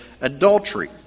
adultery